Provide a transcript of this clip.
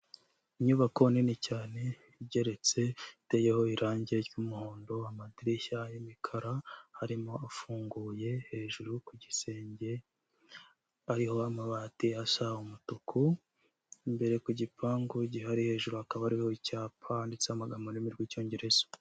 Inyubako nini cyane igeretse, iteyeho irangi ry'umuhondo, amadirishya y'imikara arimo afunguye hejuru ku gisenge, ariho amabati asa umutuku, imbere ku gipangu gihari hejuru hakaba hariho icyapa handitseho amagambo ari mu ururimi rw'icyongereza.